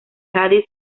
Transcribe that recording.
cádiz